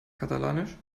katalanisch